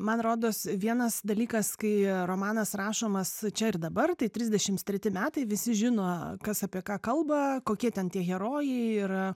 man rodos vienas dalykas kai romanas rašomas čia ir dabar tai trisdešimts treti metai visi žino kas apie ką kalba kokie ten tie herojai ir